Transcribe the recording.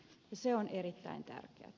se on erittäin tärkeätä